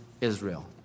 Israel